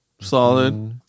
Solid